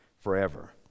forever